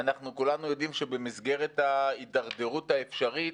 אנחנו כולנו יודעים שבמסגרת ההתדרדרות האפשרית,